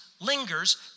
lingers